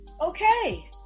okay